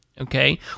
okay